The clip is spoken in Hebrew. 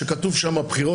כשכתוב שם "בחירות",